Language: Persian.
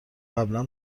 قبلا